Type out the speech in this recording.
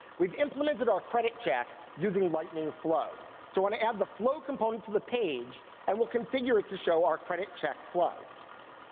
we've implements of our credit check using lightning flow. so when i add the flow component to the page and we'll configure it to show our credit check flow.